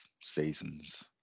seasons